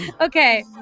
Okay